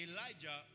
Elijah